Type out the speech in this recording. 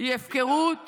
הפקרות